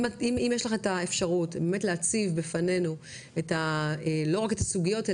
אם יש לך את האפשרות באמת להציב בפנינו לא רק את הסוגיות,